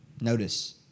Notice